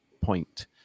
point